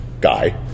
guy